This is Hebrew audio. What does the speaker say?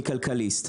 מ"כלכליסט".